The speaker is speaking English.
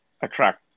attract